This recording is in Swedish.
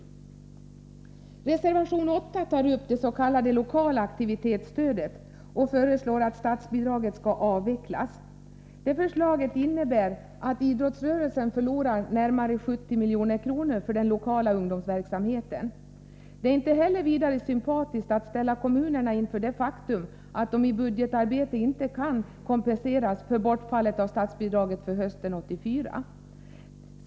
Reservation 8 tar upp det s.k. lokala aktivitetsstödet och föreslår att statsbidraget skall avvecklas. Förslaget innebär att idrottsrörelsen förlorar närmare 70 milj.kr. för den lokala ungdomsverksamheten. Det är inte heller vidare sympatiskt att ställa kommunerna inför det faktum att de i budgetar betet inte kan kompenseras för bortfallet av statsbidraget för hösten 1984.